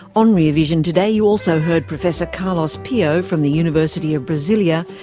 on rear vision today you also heard professor carlos pio from the university of brasilia,